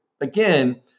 again